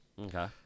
Okay